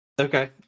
Okay